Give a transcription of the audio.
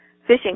fishing